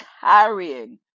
carrying